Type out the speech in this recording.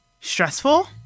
stressful